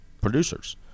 producers